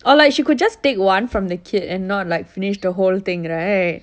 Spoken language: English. or like she could just take one from the kid and not finish the whole thing right